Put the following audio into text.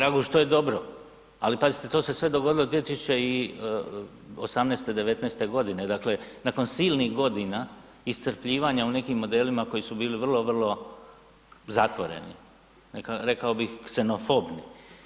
Kolega Raguž to je dobro, ali pazite to se sve dogodilo 2018., 2019. godine dakle nakon silnih godina iscrpljivanja u nekim modelima koji su bili vrlo, vrlo zatvoreni, rekao bih ksenofobni.